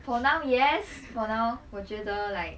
for now yes for now 我觉得 like